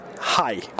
Hi